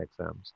exams